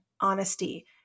honesty